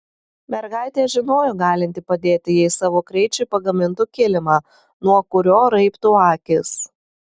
mergaitė žinojo galinti padėti jei savo kraičiui pagamintų kilimą nuo kurio raibtų akys